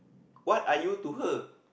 what are you to her